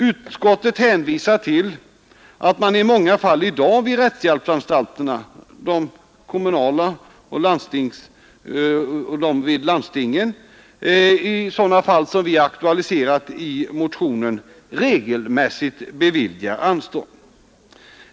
Utskottet hänvisar till att man i många fall i dag vid rättshjälpsanstalterna regelmässigt beviljar anstånd.